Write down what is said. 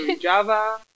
java